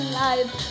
life